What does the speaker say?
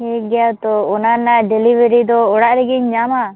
ᱴᱷᱤᱠᱜᱮᱭᱟ ᱛᱚ ᱚᱱᱟ ᱨᱮᱭᱟᱜ ᱰᱮᱞᱤᱵᱷᱟᱨᱤ ᱫᱚ ᱚᱲᱟᱜ ᱨᱮᱜᱤᱧ ᱧᱟᱢᱟ